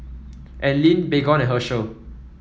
Anlene Baygon and Herschel